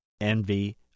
envy